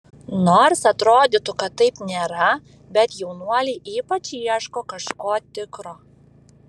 nors atrodytų kad taip nėra bet jaunuoliai ypač ieško kažko tikro